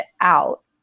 out